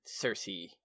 Cersei